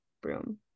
broom